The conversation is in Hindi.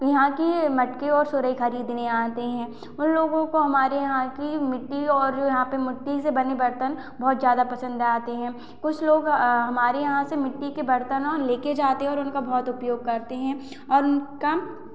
यहाँ के मटके और सुराही खरीदने आते हैं उन लोगों को हमारे यहाँ की मिट्टी और जो यहाँ पे मिट्टी से बने बर्तन बहुत ज़्यादा पसंद आते हैं कुछ लोग हमारे यहाँ से मिट्टी के बर्तनों लेके जाते हैं और उनका बहुत उपयोग करते हैं और उनका